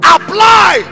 Apply